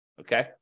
okay